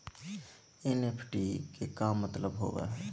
NEFT के का मतलव होव हई?